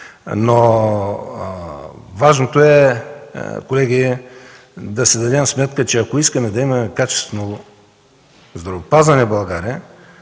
Важното е, колеги, да си дадем сметка, че ако искаме да имаме качествено здравеопазване в България,